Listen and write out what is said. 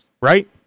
right